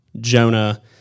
Jonah